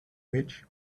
which